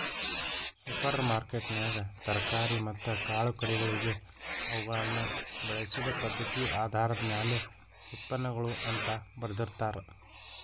super ಮಾರ್ಕೆಟ್ನ್ಯಾಗ ತರಕಾರಿ ಮತ್ತ ಕಾಳುಕಡಿಗಳಿಗೆ ಅವುಗಳನ್ನ ಬೆಳಿಸಿದ ಪದ್ಧತಿಆಧಾರದ ಮ್ಯಾಲೆ ಉತ್ಪನ್ನಗಳು ಅಂತ ಬರ್ದಿರ್ತಾರ